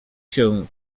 się